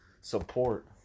support